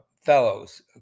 fellows